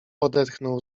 odetchnął